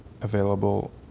available